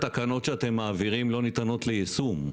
הבעיה שהתקנות שאתם מעבירים לא ניתנות ליישום,